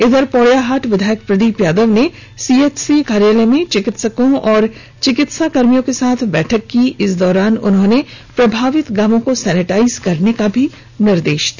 इधर पोड़ैयाहाट विधायक प्रदीप यादव ने सीएचसी कार्यालय में चिकित्सकों और चिकित्साकर्मियों के साथ बैठक की इस दौरान उन्होंने प्रभावित गांवो को सैनिटाइज करने का भी निर्देश दिया